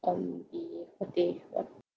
on the third day of